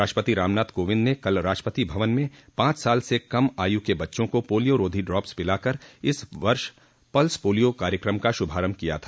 राष्ट्रपति रामनाथ कोविंद ने कल राष्ट्रपति भवन मे पांच साल से कम आयु के बच्चों को पोलियो रोधी ड्राप पिलाकर इस वर्ष पल्स पोलियों कार्यक्रम का शुभारंभ किया था